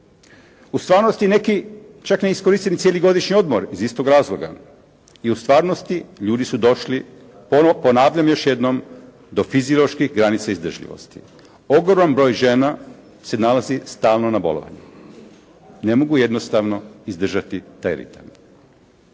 U stvarnosti neki čak ne iskoriste ni cijeli godišnji odmor iz istog razloga. I u stvarnosti ljudi su došli, ponavljam još jednom do fizioloških granica izdržljivosti. Ogroman broj žena se nalazi stalno na bolovanju. Ne mogu jednostavno izdržati taj ritam.